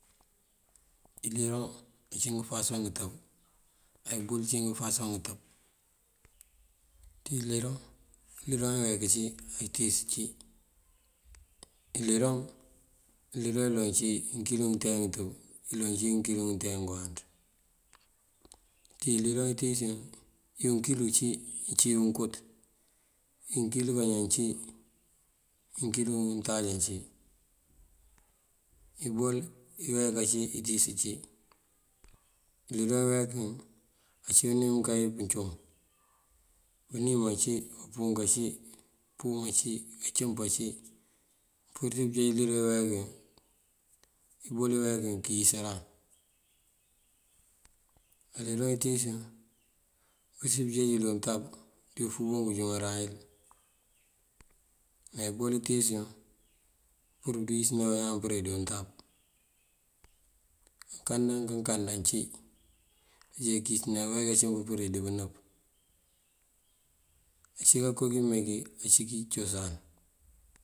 Iliroŋ ací ngëfasoŋ ngëtëb ayëbol cí ngëfasoŋ ngëtëb. Dí iliroŋ, iliroŋ iyeek ací aliroŋ itíis cí. Iliroŋ iloŋ ací ngëkilo ngëntáajá ngëtëb á iloŋ cí ngënkilo ngëntáajá ngëwáanţ. Ţí iliroŋ intíis yun: iyunkilo cí unkot, iyi ngënkilo kañan cí, ngënkilo untáaja cí. Ibol iyeek ací itíis cí. Iliroŋ iyeeku yun ací unú wí mënká wí punţoŋ: bënim cí, bumpúuk cí, púum ací, kancëmp cí mëmpurësir pënjeej iliroŋ iyeekun ebol iyeek yun ţí këyíisëran. Á iliroŋ itíis yun ací pënţíj yël ţí untab dí ufúngoŋ kënjúŋaran yël ebol itíis yun pur kawíisëna bañaan dí untab. Ngënkanda kankanda ací, mëmpurir kayíisëna bañaan pëndee dí pënëp. Ací koo kímeekí ací kankoo cosan.